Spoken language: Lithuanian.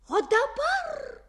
o dabar